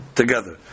together